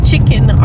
chicken